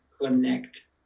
connect